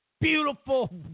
Beautiful